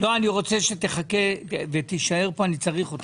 אני רוצה שתחכה ותישאר פה; אני צריך אותך.